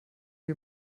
wie